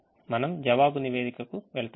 మనం జవాబు నివేదికకు వెళ్తాము